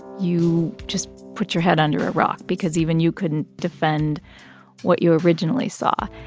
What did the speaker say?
you just put your head under a rock because even you couldn't defend what you originally saw.